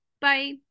Bye